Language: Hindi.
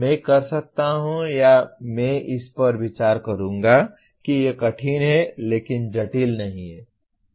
मैं कर सकता हूं या मैं इस पर विचार करूंगा कि यह कठिन है लेकिन जटिल नहीं है